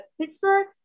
Pittsburgh